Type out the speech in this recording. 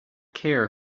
care